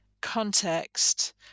context